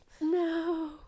no